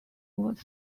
was